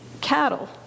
cattle